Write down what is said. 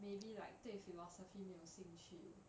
maybe like 对 philosophy 没有兴趣